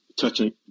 touching